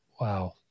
Wow